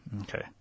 okay